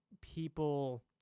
people